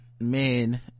men